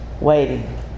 Waiting